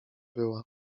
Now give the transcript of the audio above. była